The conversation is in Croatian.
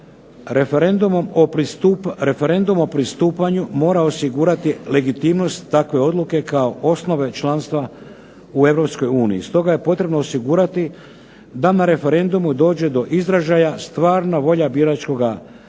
Referendum o pristupanju mora osigurati legitimnost takve odluke kao osnove članstva u Europskoj uniji, stoga je potrebno osigurati da na referendumu dođe do izražaja stvarna volja biračkoga tijela.